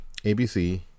abc